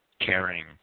Caring